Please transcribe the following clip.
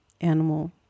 animal